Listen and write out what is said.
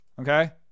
Okay